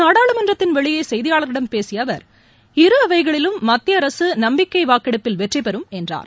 நாடாளுமன்றத்தில் வெளியே செய்தியாளர்களிடம் பேசிய அவர் இரு அவைகளிலும் மத்திய அரசு நம்பிக்கை வாக்கெடுப்பில் வெற்றி பெறும் என்றார்